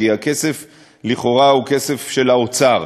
כי הכסף לכאורה הוא כסף של האוצר.